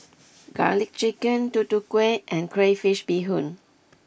Garlic Chicken Tutu Kueh and Crayfish Beehoon